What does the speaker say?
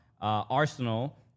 Arsenal